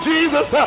Jesus